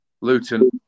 Luton